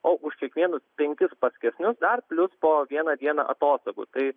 o už kiekvienus penkis paskesnius dar plius po vieną dieną atostogų tai